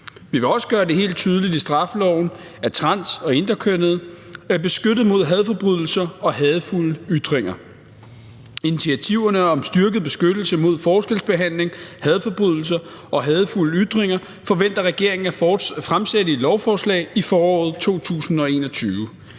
Vi vil også gøre det helt tydeligt i straffeloven, at trans- og interkønnede er beskyttet mod hadforbrydelser og hadefulde ytringer. Initiativerne om styrket beskyttelse mod forskelsbehandling, hadforbrydelser og hadefulde ytringer forventer regeringen at fremsætte i et lovforslag i foråret 2021.